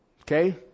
Okay